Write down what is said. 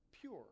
pure